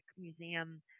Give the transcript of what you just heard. museum